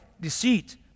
deceit